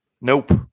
nope